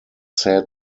said